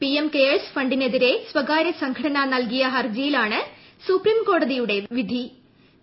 PM cares ഫണ്ടിനെതിരെ സ്വകാര്യസംഘടന നൽകിയ ഒരു ഹർജിയിലാണ് സുപ്രിം കോടതിയുടെ വിധി ഉണ്ടായത്